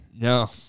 No